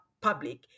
public